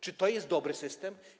Czy to jest dobry system?